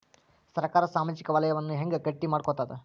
ಸರ್ಕಾರಾ ಸಾಮಾಜಿಕ ವಲಯನ್ನ ಹೆಂಗ್ ಗಟ್ಟಿ ಮಾಡ್ಕೋತದ?